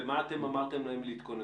למה אמרתם להן להתכונן?